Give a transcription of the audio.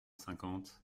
cinquante